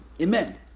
amen